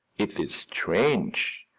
it is strange.